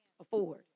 afford